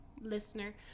listener